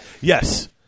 Yes